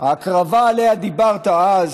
ההקרבה שעליה דיברת אז,